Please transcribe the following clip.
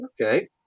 Okay